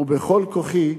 ובכל כוחי,